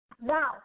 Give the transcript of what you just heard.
Now